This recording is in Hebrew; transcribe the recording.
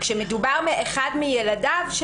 מדובר על "אחד מילדיו".